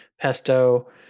pesto